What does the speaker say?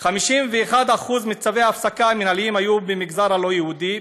51% מצווי ההפסקה המינהליים היו במגזר הלא-יהודי,